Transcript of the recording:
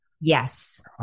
Yes